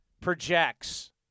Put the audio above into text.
projects